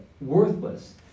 worthless